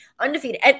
Undefeated